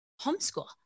homeschool